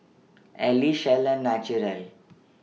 Elle Shell and Naturel